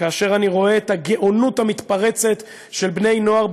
כאשר אני רואה את הגאונות המתפרצת של בני-נוער,